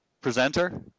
presenter